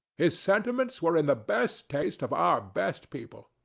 his sentiments were in the best taste of our best people.